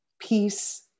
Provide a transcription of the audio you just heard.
peace